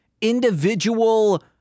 individual